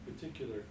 particular